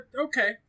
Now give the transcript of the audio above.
Okay